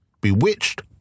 Bewitched